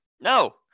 no